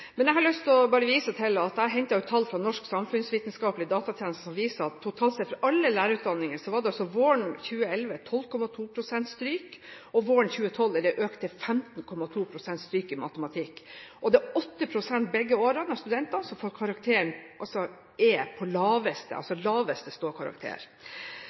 Men jeg har lyst til å vise til tall jeg har hentet fra Norsk samfunnsvitenskapelig datatjeneste som viser at totalt sett, for alle lærerutdanninger, var det altså våren 2011 12,2 pst. stryk i matematikk. Våren 2012 var det økt til 15,2 pst. Og det er 8 pst. av studentene begge årene som får karakteren E, altså laveste ståkarakter. Høyre mener det er